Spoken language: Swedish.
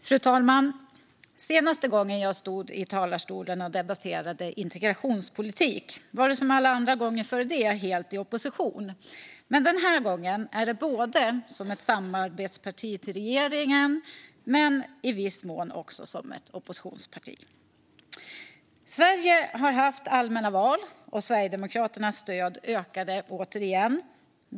Fru talman! Senaste gången jag stod i talarstolen och debatterade integrationspolitiken var det som alla andra gånger före det helt i opposition. Den här gången är det som representant för ett samarbetsparti till regeringen men i viss mån också ett oppositionsparti. Sverige har haft allmänna val, och Sverigedemokraternas stöd ökade återigen.